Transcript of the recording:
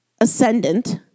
Ascendant